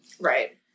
right